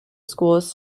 schools